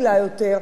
בג"ץ הכריע,